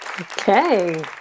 Okay